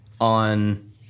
on